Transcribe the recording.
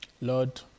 Lord